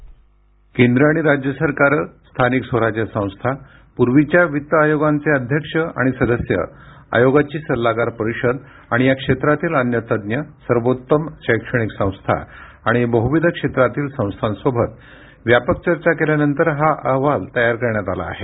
ध्वनी केंद्र आणि राज्य सरकारं स्थानिक स्वराज्य संस्था पूर्वीच्या वित्त आयोगांचे अध्यक्ष आणि सदस्य आयोगाची सल्लागार परिषद आणि या क्षेत्रातील अन्य तज्ज्ञ सर्वोत्तम शैक्षणिक संस्था आणि बहुविध क्षेत्रातील संस्थांसोबत व्यापक चर्चा केल्यानंतर हा अहवाल तयार करण्यात आला आहे